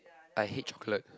I hate chocolate